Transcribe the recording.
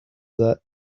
that